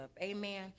Amen